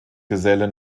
geselle